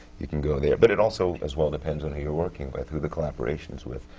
you can go there. but it also, as well, depends on who you're working with, who the collaboration is with.